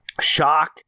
shock